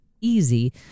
easy